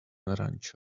rancho